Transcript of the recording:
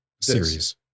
series